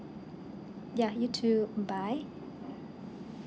ya you too mm bye